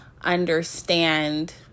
understand